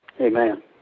Amen